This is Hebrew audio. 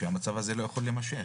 שהמצב הזה לא יכול להימשך.